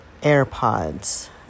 AirPods